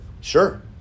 Sure